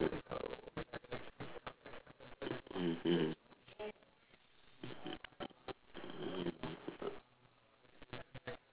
mmhmm mm